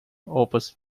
opposite